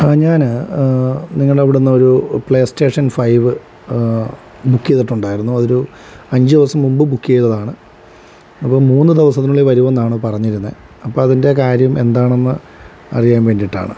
ആ ഞാന് നിങ്ങളുടെ അവിടെന്നൊരു പ്ലേ സ്റ്റേഷൻ ഫൈവ് ബുക്കെയ്തിട്ടുണ്ടായിരുന്നു അതൊരു അഞ്ചു ദിവസം മുമ്പ് ബുക്കെയ്തതാണ് അപ്പോള് മൂന്നു ദിവസത്തിനുള്ളിൽ വരുമെന്നാണ് പറഞ്ഞിരുന്നെ അപ്പോള് അതിൻ്റെ കാര്യം എന്താണെന്ന് അറിയാന് വേണ്ടിയിട്ടാണ്